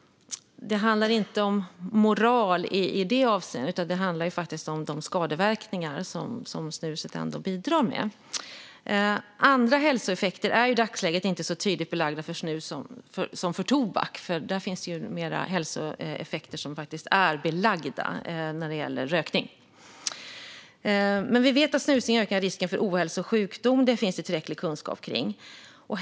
Det handlar inte om moral i det avseendet, utan det handlar om de skadeverkningar som snuset ändå bidrar till. Andra hälsoeffekter är i dagsläget inte så tydligt belagda för snus som för annan tobak. Där finns fler hälsoeffekter som är belagda när det gäller rökning. Men vi vet att snusning ökar risken för ohälsa och sjukdom. Det finns det tillräcklig kunskap om.